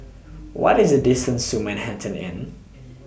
What IS The distance to Manhattan Inn